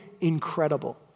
incredible